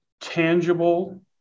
tangible